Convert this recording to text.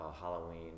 Halloween